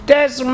Des